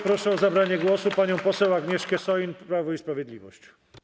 Proszę o zabranie głosu panią poseł Agnieszkę Soin, Prawo i Sprawiedliwość.